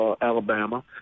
Alabama